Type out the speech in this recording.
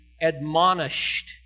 admonished